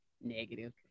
Negative